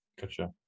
Gotcha